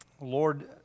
Lord